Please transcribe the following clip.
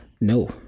no